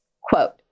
Quote